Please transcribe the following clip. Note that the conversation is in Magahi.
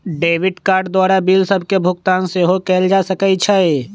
डेबिट कार्ड द्वारा बिल सभके भुगतान सेहो कएल जा सकइ छै